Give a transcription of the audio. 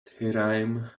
thirayum